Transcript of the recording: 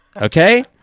okay